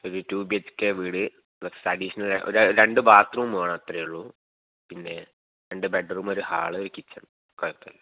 ഒരു two B H K വീട് plus additional ഒരു രണ്ടു ബാത്ത് റൂം വേണം അത്രയേ ഉള്ളൂ പിന്നേ രണ്ടു ബെഡ് റൂം ഒരു ഹാൾ ഒരു കിച്ചൺ അത്രയേയുള്ളു